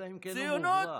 אלא אם כן הוא מוברח.